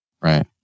right